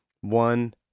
One